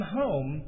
home